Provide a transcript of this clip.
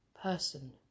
person